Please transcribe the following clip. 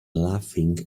laughing